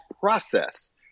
process